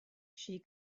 she